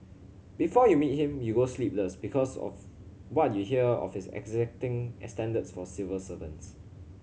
before you meet him you go sleepless because of what you hear of his exacting standards for civil servants